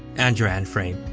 and your end frame.